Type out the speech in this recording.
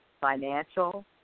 financial